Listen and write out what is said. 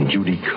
Judy